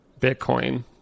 Bitcoin